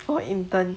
for intern